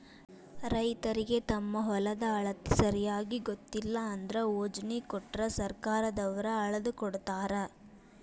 ರೈತರಿಗೆ ತಮ್ಮ ಹೊಲದ ಅಳತಿ ಸರಿಯಾಗಿ ಗೊತ್ತಿಲ್ಲ ಅಂದ್ರ ಮೊಜ್ನಿ ಕೊಟ್ರ ಸರ್ಕಾರದವ್ರ ಅಳ್ದಕೊಡತಾರ